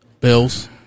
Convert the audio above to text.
Bills